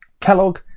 Kellogg